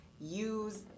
use